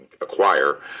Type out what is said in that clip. acquire